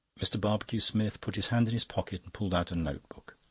mr. barbecue-smith put his hand in his pocket and pulled out a notebook.